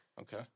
Okay